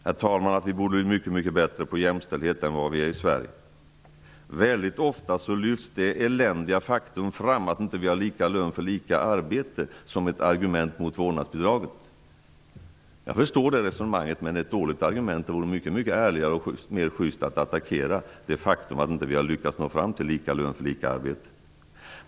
Jag tycker att vi borde bli mycket mycket bättre på jämställdhet än vad vi är i Sverige. Det eländiga faktum att vi inte har lika lön för lika arbete lyfts väldigt ofta fram som ett argument mot vårdnadsbidrag, och jag förstår det resonemanget, men det är ett dåligt argument. Det vore mycket mycket ärligare och mera juste att attackera det faktum att vi inte har lyckats nå fram till lika lön för lika arbete.